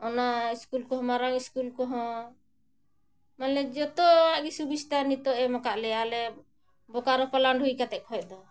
ᱚᱱᱟ ᱠᱚᱦᱚᱸ ᱢᱟᱨᱟᱝ ᱠᱚᱦᱚᱸ ᱢᱟᱱᱮ ᱡᱚᱛᱚᱣᱟᱜ ᱜᱮ ᱥᱩᱵᱤᱫᱷᱟ ᱱᱤᱛᱚᱜ ᱮᱢ ᱟᱠᱟᱫ ᱞᱮᱭᱟ ᱟᱞᱮ ᱵᱳᱠᱟᱨᱚ ᱯᱞᱟᱱᱴ ᱦᱩᱭ ᱠᱟᱛᱮᱫ ᱠᱷᱚᱡ ᱫᱚ